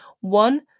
one